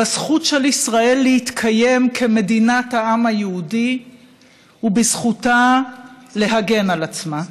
בזכות של ישראל להתקיים כמדינת העם היהודי ובזכותה להגן על עצמה.